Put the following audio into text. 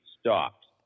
stopped